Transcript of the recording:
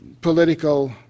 political